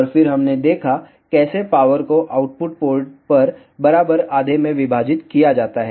और फिर हमने देखा कैसे पावर को आउटपुट पोर्ट पर बराबर आधे में विभाजित किया जाता है